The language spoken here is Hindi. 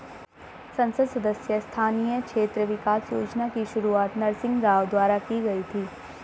संसद सदस्य स्थानीय क्षेत्र विकास योजना की शुरुआत नरसिंह राव द्वारा की गई थी